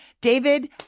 David